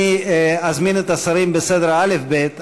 אני אזמין את השרים בסדר האל"ף-בי"ת,